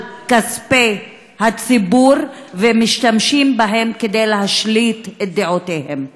כספי הציבור והם משתמשים בהם כדי להשליט את דעותיהם.